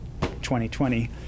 2020